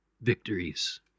victories